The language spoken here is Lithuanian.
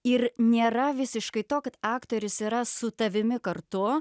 ir nėra visiškai to kad aktorius yra su tavimi kartu